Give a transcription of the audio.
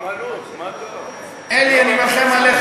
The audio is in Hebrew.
אני מרחם עליך,